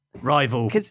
Rival